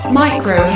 micro